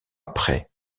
après